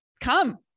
come